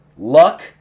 Luck